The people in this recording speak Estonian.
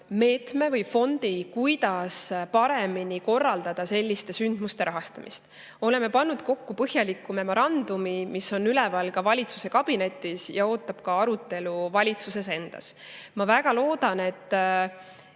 meetme või fondi, kuidas paremini korraldada selliste sündmuste rahastamist. Oleme pannud kokku põhjaliku memorandumi, mis on üleval ka valitsuse kabinetis ja ootab arutelu valitsuses endas. Ma väga loodan, et